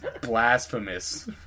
blasphemous